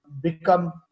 become